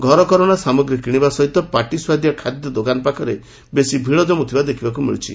ଘରକରଶା ସାମଗ୍ରୀ କିଶିବା ସହିତ ପାଟି ସୁଆଦିଆ ଖାଦ୍ୟ ଦୋକାନ ପାଖରେ ବେଶି ଭିଡ଼ କମୁଥିବାର ଦେଖାଯାଉଛି